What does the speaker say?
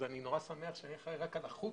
אז אני נורא שמח שאני אחראי רק על החוץ,